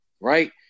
right